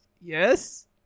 Yes